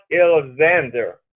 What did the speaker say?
Alexander